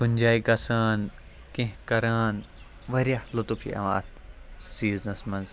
کُنہِ جایہِ گژھان کیٚنٛہہ کَران واریاہ لُطُف چھِ یِوان اَتھ سیٖزنَس منٛز